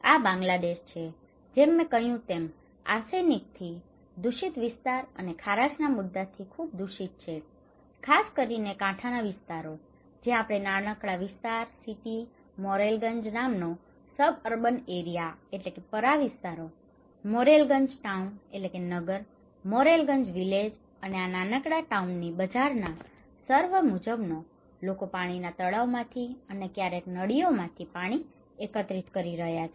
આ બાંગ્લાદેશ છે જેમ મેં કહ્યું હતું તેમ આર્સેનિકથી arsenic અર્ધધાતુના સ્વરૂપનું મૂળતત્વ દૂષિત વિસ્તાર અને ખારાશના મુદ્દાથી ખૂબ દૂષિત છે ખાસ કરીને કાંઠાના વિસ્તારો જ્યાં આપણે નાનકડા વિસ્તાર સિટિ મોરેલગંજ નામનો સબઅર્બન એરિયા suburban areas પરા વિસ્તારો મોરેલગંજ ટાઉન town નગર મોરેલગંજ વિલેજ અને આ નાનકડા ટાઉનની બજારના સર્વે મુજબ લોકો પાણીના તળાવમાંથી અને ક્યારેક નળીઓમાંથી પાણી એકત્રિત કરી રહ્યા છે